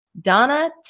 Donna